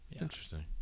Interesting